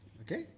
Okay